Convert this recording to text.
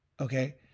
Okay